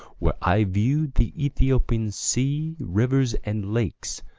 where i view'd the ethiopian sea, rivers and lakes,